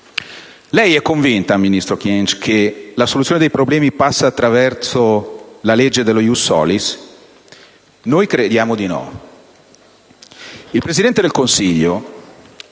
Lei è convinta, ministro Kyenge, che la soluzione dei problema passi attraverso la legge sullo *ius soli*? Noi crediamo di no. Il Presidente del Consiglio,